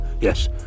yes